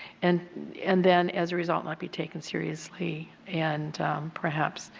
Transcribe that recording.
and and then as a result not be taken seriously and perhaps